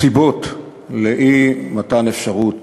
הסיבות לאי-מתן אפשרות